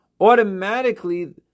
automatically